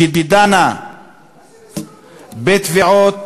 שדנה בתביעות